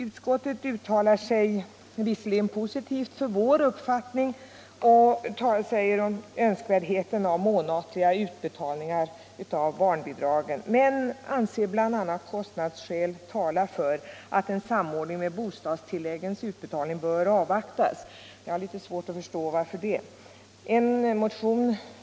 Utskottet uttalar sig visserligen positivt för motionen 1975/76:1299 och talar om önskvärdheten av månatliga utbetalningar av barnbidraget, men utskottet anser att bl.a. kostnadsskäl talar för samordning med utbetalandet av bostadstilläggen och att omläggningen av dessa bör avvaktas. Jag har svårt att förstå utskottets ställningstagande.